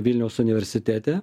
vilniaus universitete